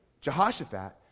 Jehoshaphat